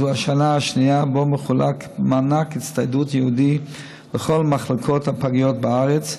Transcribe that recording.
זו השנה השנייה שבה מחולק מענק הצטיידות ייעודי בכל מחלקות הפגיות בארץ.